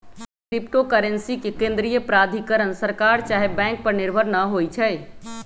crypto currency के केंद्रीय प्राधिकरण सरकार चाहे बैंक पर निर्भर न होइ छइ